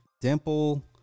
Dimple